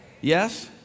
Yes